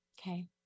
Okay